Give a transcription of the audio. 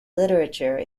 literature